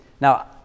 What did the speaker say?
Now